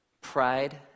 Pride